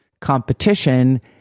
competition